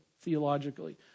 theologically